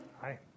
Hi